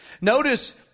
Notice